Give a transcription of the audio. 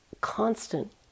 constant